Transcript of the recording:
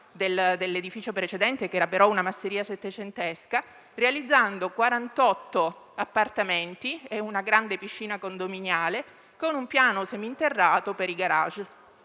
dell'edificio precedente, il quale era però una masseria settecentesca, realizzando 48 appartamenti e una grande piscina condominiale con un piano seminterrato per i *garage.*